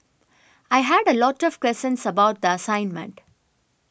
I had a lot of questions about the assignment